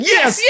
Yes